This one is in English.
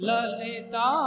Lalita